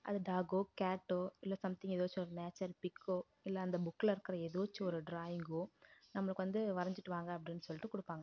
அது டாகோ கேட்டோ இல்லை சம்திங் ஏதாச்சும் ஒரு நேச்சுரல் பிக்கோ இல்லை அந்த புக்கில் இருக்கிற ஏதாச்சும் ஒரு டிராயிங்கோ நம்மளுக்கு வந்து வரைஞ்சிட்டு வாங்க அப்படின்னு சொல்லிட்டு கொடுப்பாங்க